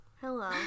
Hello